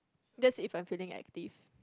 that's if I'm feeling active